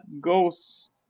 goes